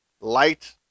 light